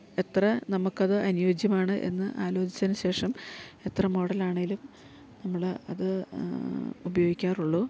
എത്ര നമുക്കത് അനുയോജ്യമാണ് എന്ന് ആലോചിച്ചതിന് ശേഷം എത്ര മോഡലാണേലും നമ്മള് അത് ഉപയോഗിക്കാറുള്ളൂ